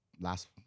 last